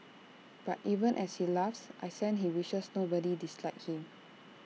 but even as he laughs I sense he wishes nobody disliked him